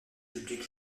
public